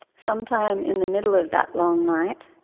sometime in the middle of that long night,